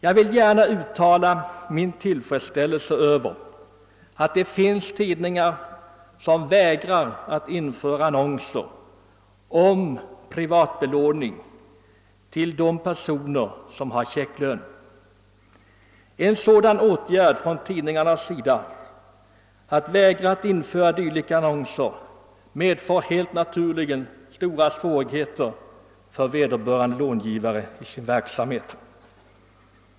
Jag vill gärna uttala min tillfredsställelse över att det finns tidningar som vägrar att införa annonser om privatutlåning till personer med checklön. En sådan åtgärd från tidningarnas sida medför helt naturligt svårigheter för vederbörande långivare i hans verksamhet.